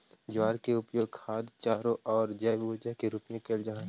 ज्वार के उपयोग खाद्य चारों आउ जैव ऊर्जा के रूप में कयल जा हई